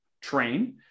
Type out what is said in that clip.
train